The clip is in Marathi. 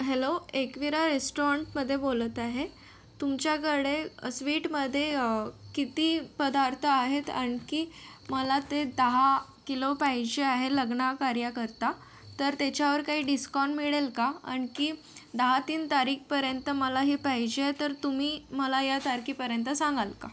हॅलो एकवीरा रेस्ट्राँटमध्ये बोलत आहे तुमच्याकडे स्वीटमध्ये किती पदार्थ आहेत आणखी मला ते दहा किलो पाहिजे आहे लग्नकार्याकरता तर त्याच्यावर काही डिस्काऊन मिळेल का आणखी दहा तीन तारीखपर्यंत मला ही पाहिजे आहे तर तुम्ही मला या तारखेपर्यंत सांगाल का